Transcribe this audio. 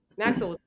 Maxwell